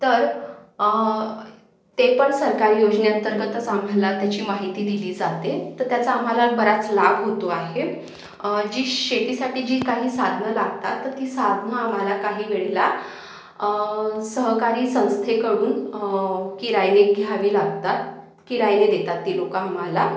तर ते पण सरकारी योजनेअंतर्गतच आम्हाला त्याची माहिती दिली जाते तर त्याचा आम्हाला बराच लाभ होतो आहे जी शेतीसाठी जी काही साधनं लागतात तर ती साधनं आम्हाला काही वेळेला सहकारी संस्थेकडून किरायने घ्यावी लागतात किरायने देतात ते लोक आम्हाला